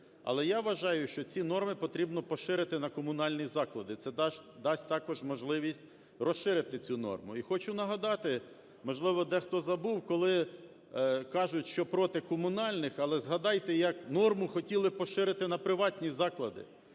Але я вважаю, що ці норми треба поширити на комунальні заклади, це дасть також можливість розширити цю норму. І хочу нагадати, можливо, дехто забув, коли кажуть, що проти комунальних, але згадайте, як норму хотіли поширити на приватні заклади,